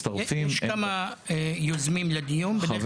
יש כמה יוזמים לדיון, בדרך כלל כולם מדברים.